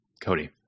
Cody